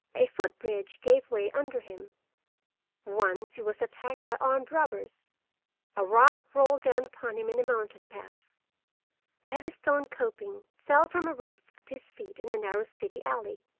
a foot-bridge gave way under him once he was attacked by armed robbers a rock rolled down upon him in a mountain pass a heavy stone coping fell from a roof at his feet in a narrow city alley.